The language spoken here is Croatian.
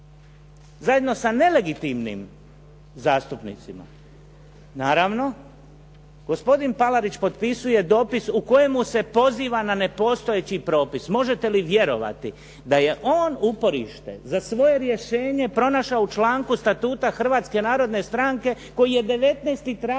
zajedno sa nelegitimnim zastupnicima. Naravno, gospodin Palarić potpisuje dopis u kojemu se poziva na nepostojeći propis. Možete li vjerovati da je on uporište za svoje rješenje pronašao u članku Statuta Hrvatske narodne stranke koji je 19. travnja